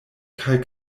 kaj